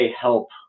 help